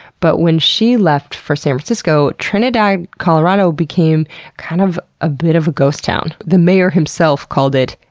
but when she left for san francisco, trinidad, colorado, became kind of a bit of a ghost town. the mayor himself called it,